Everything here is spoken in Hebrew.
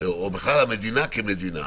או המדינה כמדינה,